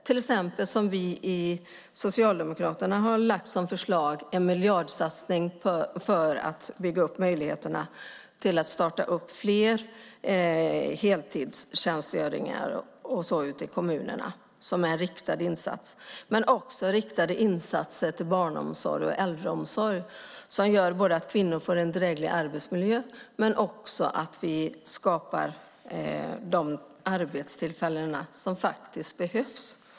Till exempel har vi i Socialdemokraterna lagt fram förslag om att bygga upp möjligheterna att starta fler heltidstjänster och sådant i kommunerna som en riktad insats. Man kan också göra riktade insatser inom barnomsorg och äldreomsorg, vilket bidrar både till att kvinnor får en dräglig arbetsmiljö och till att vi skapar de arbetstillfällen som faktiskt behövs.